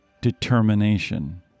determination